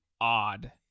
odd